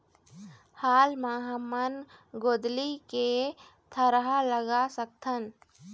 हाल मा हमन गोंदली के थरहा लगा सकतहन?